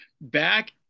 back